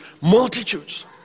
multitudes